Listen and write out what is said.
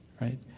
right